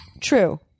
True